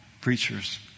preachers